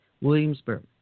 Williamsburg